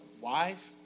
wife